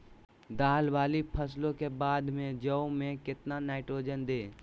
दाल वाली फसलों के बाद में जौ में कितनी नाइट्रोजन दें?